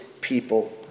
people